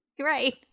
Right